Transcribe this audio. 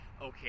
Okay